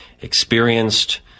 experienced